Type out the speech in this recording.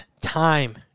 time